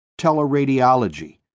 teleradiology